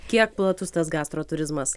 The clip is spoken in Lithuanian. kiek platus tas gastro turizmas